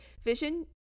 vision